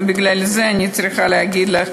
ובגלל זה אני צריכה להגיד לך